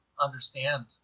understand